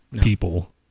people